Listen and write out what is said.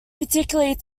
particularly